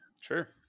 sure